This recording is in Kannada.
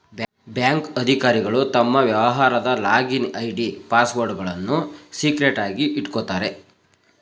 ಬ್ಯಾಂಕ್ ಅಧಿಕಾರಿಗಳು ತಮ್ಮ ವ್ಯವಹಾರದ ಲಾಗಿನ್ ಐ.ಡಿ, ಪಾಸ್ವರ್ಡ್ಗಳನ್ನು ಸೀಕ್ರೆಟ್ ಆಗಿ ಇಟ್ಕೋತಾರೆ